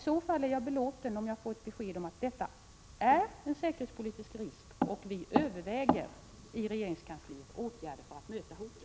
Jag är belåten om jag får ett besked om att detta är en säkerhetspolitisk risk och att man i regeringskansliet överväger åtgärder för att möta hotet.